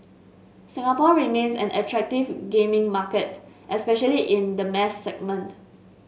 Singapore remains an attractive gaming market especially in the mass segment